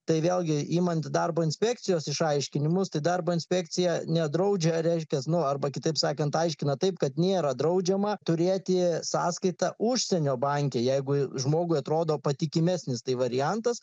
tai vėlgi imant darbo inspekcijos išaiškinimus tai darbo inspekcija nedraudžia reiškias nu arba kitaip sakant aiškina taip kad nėra draudžiama turėti sąskaitą užsienio banke jeigu i žmogui atrodo patikimesnis variantas